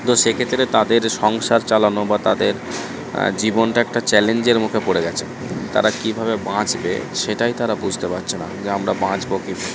তো সে ক্ষেত্রে তাদের সংসার চালানো বা তাদের জীবনটা একটা চ্যালেঞ্জের মুখে পড়ে গেছে তারা কীভাবে বাঁচবে সেটাই তারা বুঝতে পাচ্ছে না যে আমরা বাঁচব কীভাবে